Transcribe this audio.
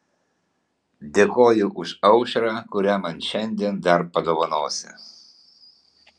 dėkoju už aušrą kurią man šiandien dar padovanosi